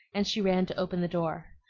and she ran to open the door.